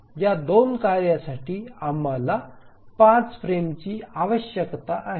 या 2 कार्यांसाठी आम्हाला पाच फ्रेमची आवश्यकता आहे